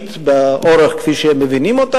הדתית כפי שהם מבינים אותה.